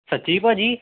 ਸੱਚੀ ਭਾਅ ਜੀ